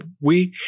week